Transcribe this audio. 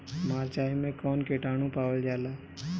मारचाई मे कौन किटानु पावल जाला?